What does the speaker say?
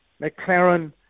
McLaren